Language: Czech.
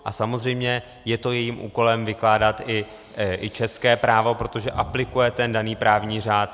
A samozřejmě je to jejím úkolem vykládat i české právo, protože aplikuje ten daný právní řád.